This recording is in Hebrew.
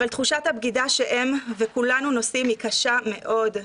אבל תחושת הבגידה שהם וכולנו נושאים היא קשה מאוד.